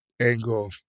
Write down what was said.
angle